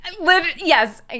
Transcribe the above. Yes